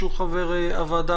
שהוא חבר הוועדה,